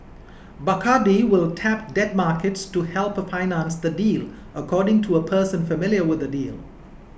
Bacardi will tap debt markets to help for finance the deal according to a person familiar with the deal